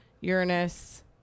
Uranus